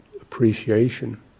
appreciation